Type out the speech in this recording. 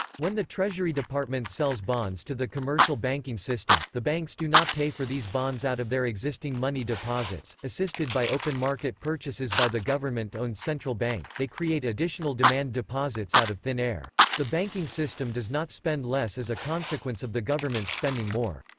when the treasury department sells bonds to the commercial banking system, the banks do not pay for these bonds out of their existing money deposits assisted by open-market purchases by the government owned central bank, they create additional demand deposits out of thin air. the banking system does not spend less as a consequence of the government spending more.